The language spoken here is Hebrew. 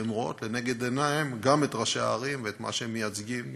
והן רואות לנגד עיניהן גם את ראשי הערים ואת מה שהם מייצגים,